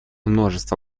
множество